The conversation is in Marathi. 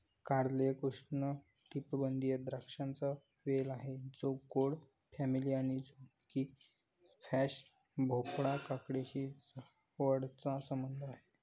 कारले एक उष्णकटिबंधीय द्राक्षांचा वेल आहे जो गोड फॅमिली आणि झुचिनी, स्क्वॅश, भोपळा, काकडीशी जवळचा संबंध आहे